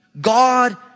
God